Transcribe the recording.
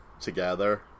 together